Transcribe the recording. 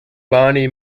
bonnie